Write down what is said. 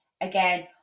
again